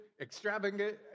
extravagant